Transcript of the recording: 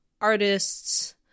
artists